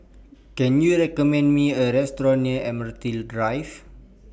Can YOU recommend Me A Restaurant near Admiralty Drive